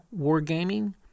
Wargaming